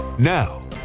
Now